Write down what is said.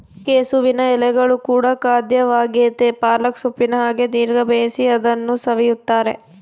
ಕೆಸುವಿನ ಎಲೆಗಳು ಕೂಡ ಖಾದ್ಯವಾಗೆತೇ ಪಾಲಕ್ ಸೊಪ್ಪಿನ ಹಾಗೆ ದೀರ್ಘ ಬೇಯಿಸಿ ಅದನ್ನು ಸವಿಯುತ್ತಾರೆ